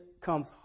comes